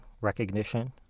recognition